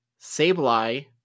Sableye